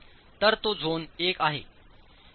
तर तो झोन 1 आहे